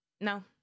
no